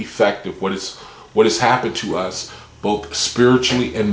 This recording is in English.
effective what is what is happening to us both spiritually and